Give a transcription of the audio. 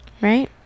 right